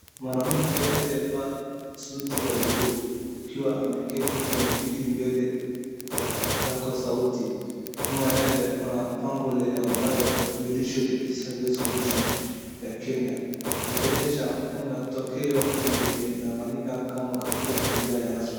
Mwanamke aliyevaa suti ya blue akiwa ameketi kwenye kiti mbele ya kipaza sauti nyuma yake kuna pango lenye ambayo judiciary service commission ya Kenya likionyesha kuna tokeo linafanyika katika zingaa ya rasmi.